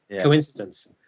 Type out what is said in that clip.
coincidence